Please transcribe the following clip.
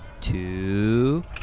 two